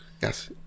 Yes